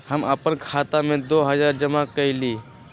हम अपन खाता में दो हजार जमा कइली